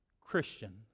Christian